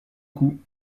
coup